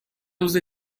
روز